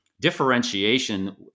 differentiation